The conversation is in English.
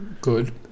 good